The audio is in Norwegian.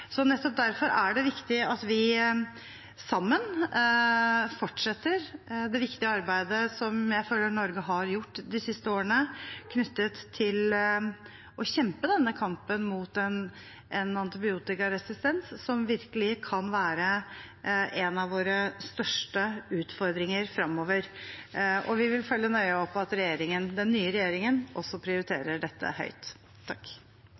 Nettopp derfor er det viktig at vi sammen fortsetter det viktige arbeidet som jeg føler at Norge har gjort de siste årene, knyttet til å kjempe denne kampen mot en antibiotikaresistens som virkelig kan være en av våre største utfordringer fremover. Vi vil følge nøye opp at den nye regjeringen også